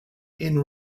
and